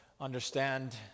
understand